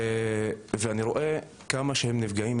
אני רואה כמה שהם נפגעים,